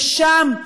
ושם,